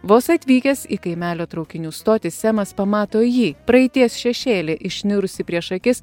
vos atvykęs į kaimelio traukinių stotį semas pamato jį praeities šešėlį išnirusį prieš akis